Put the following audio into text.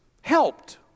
helped